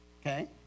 Okay